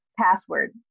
password